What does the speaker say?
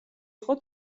იყო